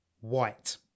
white